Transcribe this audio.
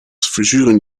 verzuren